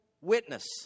witness